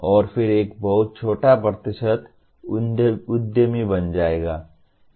और फिर एक बहुत छोटा प्रतिशत उद्यमी बन जाएगा